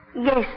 Yes